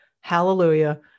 Hallelujah